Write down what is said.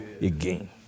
again